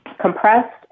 compressed